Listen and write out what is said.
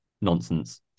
Nonsense